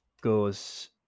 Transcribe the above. goes